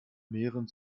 mehren